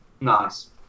Nice